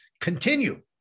continue